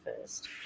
first